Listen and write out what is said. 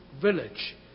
village